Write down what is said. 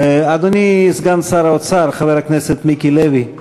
אדוני סגן שר האוצר, חבר הכנסת מיקי לוי,